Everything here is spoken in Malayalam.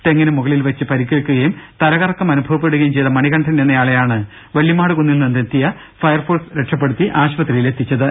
തെങ്ങിന് മുകളിൽവെച്ച് പരുക്കേൽക്കുകയും തലകറക്കം അനുഭവപ്പെടുകയും ചെയ്ത മണികണ്ഠൻ എന്നയാളെയാണ് വെള്ളിമാട് കുന്നിൽ നിന്നെത്തിയ ഫയർഫോഴ് സ് രക്ഷപ്പെടുത്തി ആശുപത്രിയിൽ എത്തിച്ചത്